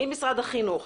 ממשרד החינוך,